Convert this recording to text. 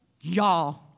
Y'all